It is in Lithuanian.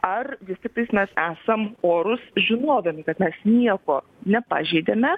ar vis tk mes esam orūs žinodami kad mes nieko nepažeidėme